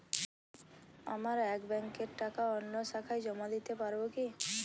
আমার এক ব্যাঙ্কের টাকা অন্য শাখায় জমা দিতে পারব কি?